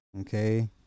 okay